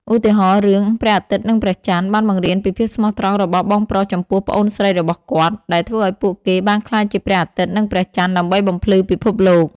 ឧទាហរណ៍ រឿង ព្រះអាទិត្យនិងព្រះចន្ទបានបង្រៀនពីភាពស្មោះត្រង់របស់បងប្រុសចំពោះប្អូនស្រីរបស់គាត់ ដែលធ្វើឲ្យពួកគេបានក្លាយជាព្រះអាទិត្យនិងព្រះចន្ទដើម្បីបំភ្លឺពិភពលោក។